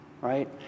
right